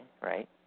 right